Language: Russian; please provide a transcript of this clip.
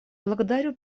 благодарю